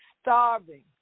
starving